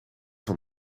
van